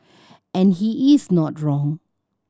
and he is not wrong